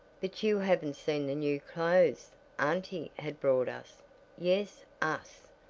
but you haven't seen the new clothes auntie had brought us yes us,